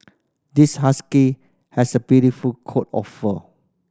this husky has a beautiful coat of fur